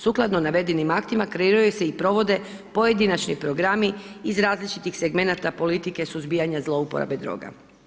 Sukladno navedenim aktima kreiraju se i provode pojedinačni programi iz različitih segmenata politike suzbijanja zlouporabe droga.